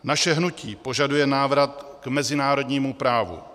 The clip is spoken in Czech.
Naše hnutí požaduje návrat k mezinárodnímu právu.